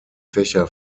fächer